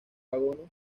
vagones